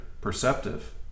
perceptive